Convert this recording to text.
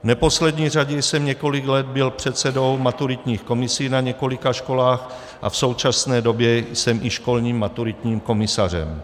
V neposlední řadě jsem několik let byl předsedou maturitních komisí na několika školách a v současné době jsem i školním maturitním komisařem.